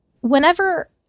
whenever